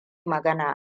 magana